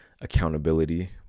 accountability